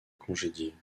congédier